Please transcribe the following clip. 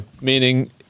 meaning